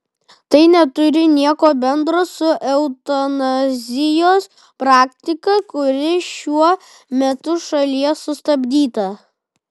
tai neturi nieko bendro su eutanazijos praktika kuri šiuo metu šalyje sustabdyta